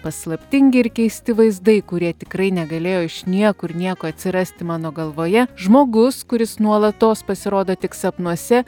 paslaptingi ir keisti vaizdai kurie tikrai negalėjo iš niekur nieko atsirasti mano galvoje žmogus kuris nuolatos pasirodo tik sapnuose